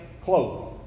clothing